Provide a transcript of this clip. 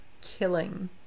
killing